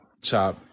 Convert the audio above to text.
Chop